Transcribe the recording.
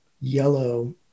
yellow